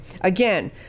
again